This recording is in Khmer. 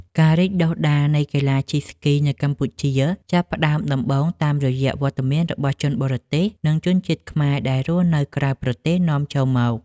ការរីកដុះដាលនៃកីឡាជិះក្ដារស្គីនៅកម្ពុជា ចាប់ផ្ដើមដំបូងតាមរយៈវត្តមានរបស់ជនបរទេស និងជនជាតិខ្មែរដែលរស់នៅក្រៅប្រទេសនាំចូលមក។